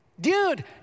Dude